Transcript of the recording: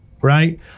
right